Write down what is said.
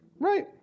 Right